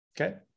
okay